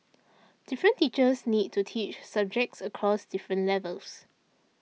different teachers need to teach subjects across different levels